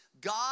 God